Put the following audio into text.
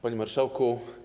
Panie Marszałku!